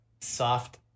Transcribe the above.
soft